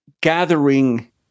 gathering